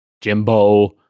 Jimbo